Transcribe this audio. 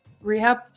rehab